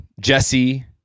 Jesse